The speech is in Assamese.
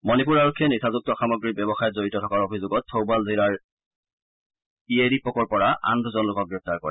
মণিপুৰ আৰক্ষীয়ে নিচাযুক্ত সামগ্ৰীৰ ব্যৱসায়ত জড়িত থকাৰ অভিযোগত থৌবাল জিলাৰ য়েইৰিপকৰ পৰা আন দুজন লোকক গ্ৰেপ্তাৰ কৰে